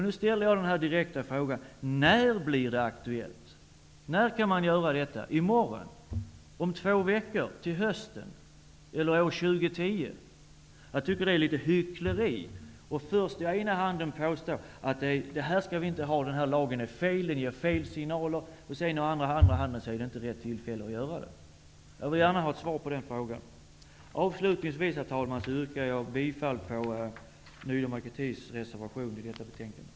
Nu ställer jag en direkt fråga: När blir det aktuellt att göra något här -- i morgon, om två veckor, till hösten eller år 2010? Jag tycker att det är något av hyckleri att å ena sidan påstå att vi inte skall ha den här lagen, som är felaktig och som ger fel signaler, och att å andra sidan säga att det nu inte är rätta tillfället att ta bort den här lagen. Jag vill gärna ha ett svar på denna fråga. Avslutningsvis, herr talman, yrkar jag bifall till Ny demokratis reservation i detta betänkande.